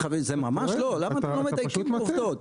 למה אתם לא מדייקים בעובדות?